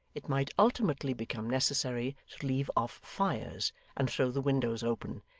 it might ultimately become necessary to leave off fires and throw the windows open,